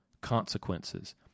consequences